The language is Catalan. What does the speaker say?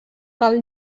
cal